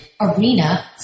arena